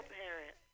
parent